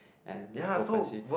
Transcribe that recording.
and like open sea